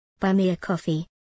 buymeacoffee